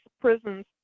prisons